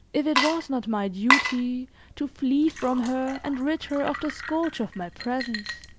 if it was not my duty to flee from her and rid her of the scourge of my presence.